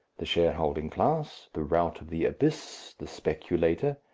the shareholding class, the rout of the abyss, the speculator,